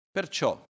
Perciò